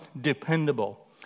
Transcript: dependable